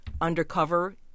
undercover